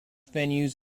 venues